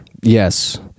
Yes